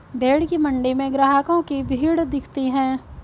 भेंड़ की मण्डी में ग्राहकों की भीड़ दिखती है